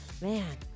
man